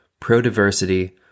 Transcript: pro-diversity